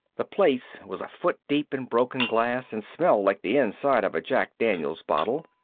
the place was a foot deep in broken glass and smelled like the inside of a jack daniels bottle.